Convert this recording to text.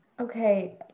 okay